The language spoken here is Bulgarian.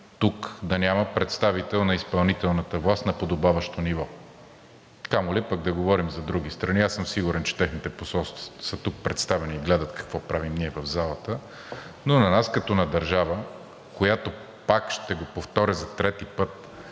тук да няма представител на изпълнителната власт на подобаващо ниво, камо ли пък да говорим за други страни. Аз съм сигурен, че техните посолства са тук представени и гледат какво правим ние в залата, но на нас като на държава, която, пак ще го кажа за трети път,